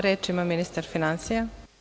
Reč ima ministar finansija.